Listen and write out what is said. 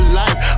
life